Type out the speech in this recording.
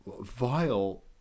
vile